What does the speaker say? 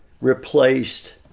replaced